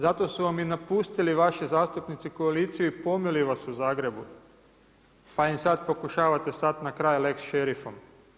Zato su vam i napustili vaši zastupnici koaliciju i pomeli vas u Zagrebu pa im sada pokušavate sada stati na kraj lex šrifom.